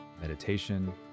meditation